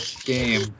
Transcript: game